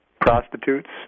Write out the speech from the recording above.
prostitutes